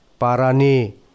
Parani